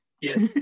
Yes